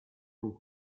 non